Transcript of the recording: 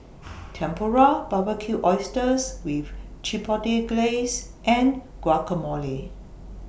Tempura Barbecued Oysters with Chipotle Glaze and Guacamole